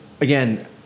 again